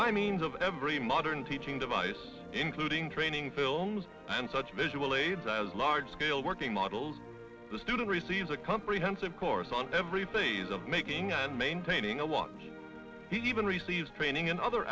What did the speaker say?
by means of every modern teaching device including training films and such visual aids as large scale working models the student receives a comprehensive course on everything is of making and maintaining a lot even received training in other